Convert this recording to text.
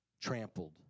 trampled